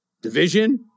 division